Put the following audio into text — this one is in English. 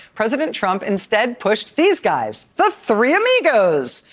president trump instead pushed these guys, the three amigos,